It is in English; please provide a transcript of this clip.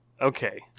Okay